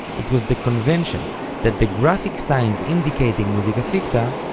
it was the convention that the graphic signs indicating musica ficta,